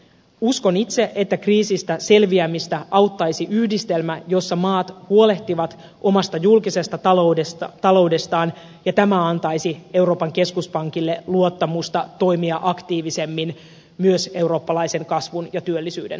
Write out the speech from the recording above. uskon itse että kriisistä selviämistä auttaisi yhdistelmä jossa maat huolehtivat omasta julkisesta taloudestaan ja tämä antaisi euroopan keskuspankille luottamusta toimia aktiivisemmin myös eurooppalaisen kasvun ja työllisyyden takaajana